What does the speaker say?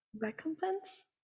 Recompense